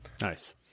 nice